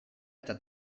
eta